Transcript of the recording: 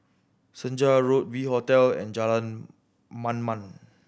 Senja Road V Hotel and Jalan Mamam